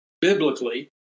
biblically